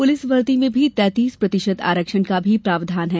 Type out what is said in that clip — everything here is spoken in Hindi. पुलिस भर्ती में भी तैतीस प्रतिशत आरक्षण का भी प्रावधान है